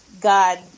God